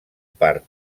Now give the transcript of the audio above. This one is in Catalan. part